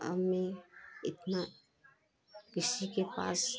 अब में इतना किसी के पास